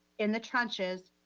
in the trenches,